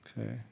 Okay